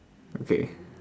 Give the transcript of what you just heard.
okay